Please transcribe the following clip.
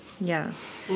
Yes